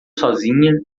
sozinha